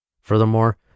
Furthermore